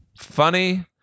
Funny